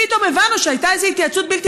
פתאום הבנו שהייתה איזו התייעצות בלתי